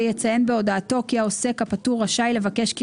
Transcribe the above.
ויציין בהודעתו כי העוסק הפטור רשאי לבקש כי